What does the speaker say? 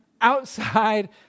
outside